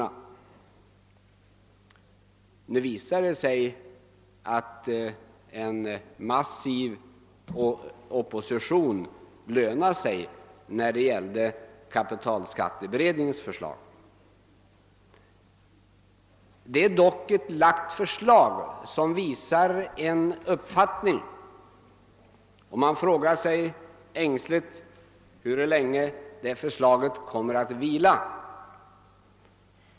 Nu visade det sig när det gällde kapitalskatteberedningens förslag att en massiv opposition lönar sig. Det förslag som framlagts uttrycker dock en uppfattning, och man frågar sig, hur länge det förslaget kommer att vila.